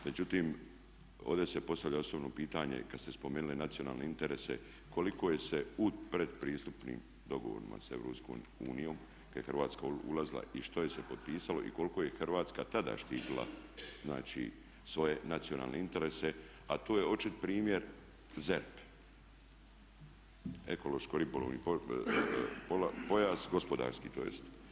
Međutim, ovdje se postavlja osobno pitanje kad ste spomenuli nacionalne interese koliko se put pretpristupnim dogovorima sa EU kad je Hrvatska ulazila i što je se potpisalo i koliko je Hrvatska tada štitila znači svoje nacionalne interese a to je očit primjer ZERP, ekološko-ribolovni pojas, gospodarski to jest.